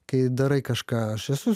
kai darai kažką aš esu